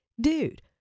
Dude